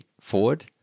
forward